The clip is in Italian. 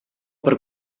per